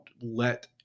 let